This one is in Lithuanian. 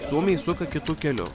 suomiai suka kitu keliu